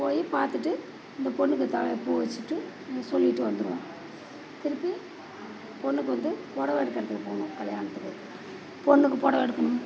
போய் பார்த்துட்டு அந்த பெண்ணுக்கு தலையில் பூ வச்சுவிட சொல்லிட்டு வந்துடுவோம் திருப்பி பொண்ணுக்கு வந்து புடவ எடுக்கிறதுக்கு போகணும் கல்யாணத்துக்கு பொண்ணுக்கு புடவ எடுக்கணும்